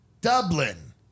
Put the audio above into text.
Dublin